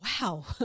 wow